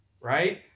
Right